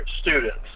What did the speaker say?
students